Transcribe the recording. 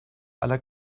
aller